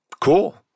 cool